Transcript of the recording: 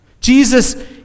Jesus